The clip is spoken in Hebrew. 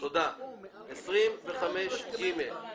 סעיף 25ג. אדוני,